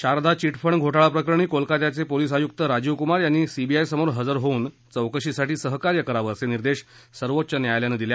Sharda chit fund घोटाळा प्रकरणी कोलकाताचे पोलीस आयुक्त राजीव कुमार यांनी सीबीआय समोर हजर होऊन चौकशीसाठी सहकार्य करावं असे निदेश सर्वोच्च न्ययालयानं दिले